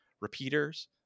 repeaters